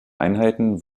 einheiten